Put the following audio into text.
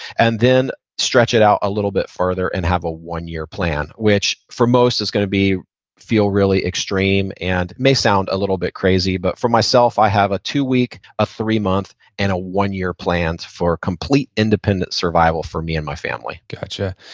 and then, stretch it out a little bit further and have a one-year plan, which for most is gonna feel really extreme and may sound a little bit crazy. but for myself, i have a two-week, a three-month, and a one-year plan for complete independent survival for me and my family gotcha,